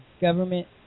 government